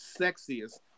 sexiest